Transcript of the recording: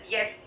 Yes